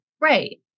right